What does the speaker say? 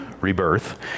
rebirth